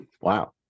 Wow